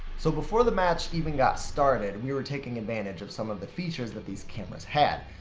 so, before the match even got started we were taking advantage of some of the features that these cameras had.